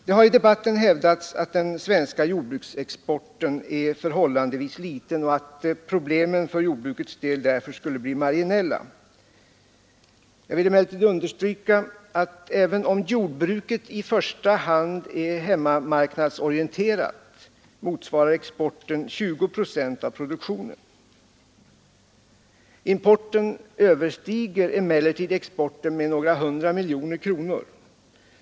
Det har i debatten hävdats att den svenska jordbruksexporten är förhållandevis liten och att problemen för jordbrukets del därför skulle bli marginella. Jag vill emellertid understryka att även om jordbruket i första hand är hemmamarknadsorienterat, motsvarar exporten 20 procent av produktionen. Importen överstiger emellertid exporten med några hundra miljoner kronor.